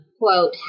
quote